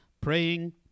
praying